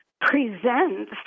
present